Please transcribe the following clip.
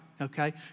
Okay